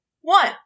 one